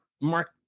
mark